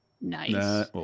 Nice